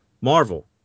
Marvel